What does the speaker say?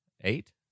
Eight